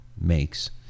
makes